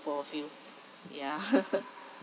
four of you ya